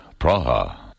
Praha